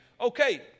okay